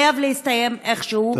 זה חייב להסתיים איכשהו,